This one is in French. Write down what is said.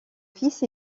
fils